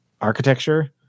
architecture